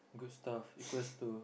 good stuff equals to